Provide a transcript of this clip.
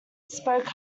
spoke